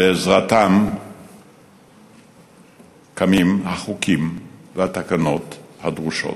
ובעזרתם קמים החוקים והתקנות הדרושות.